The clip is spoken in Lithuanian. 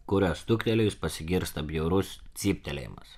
kuriuo stuktelėjus pasigirsta bjaurus cyptelėjimas